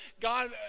God